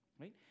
right